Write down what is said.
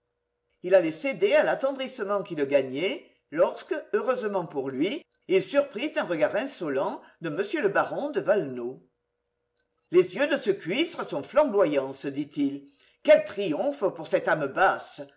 il allait céder à l'attendrissement qui le gagnait lorsque heureusement pour lui il surprit un regard insolent de m le baron de valenod les yeux de ce cuistre sont flamboyants se dit-il quel triomphe pour cette âme basse